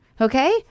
Okay